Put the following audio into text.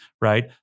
right